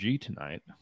tonight